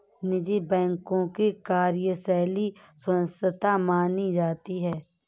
निजी बैंकों की कार्यशैली स्वस्थ मानी जाती है